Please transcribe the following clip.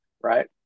right